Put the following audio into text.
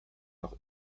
noch